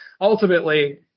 ultimately